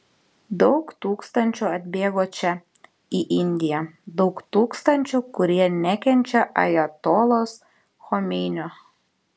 daug tūkstančių atbėgo čia į indiją daug tūkstančių kurie nekenčia ajatolos chomeinio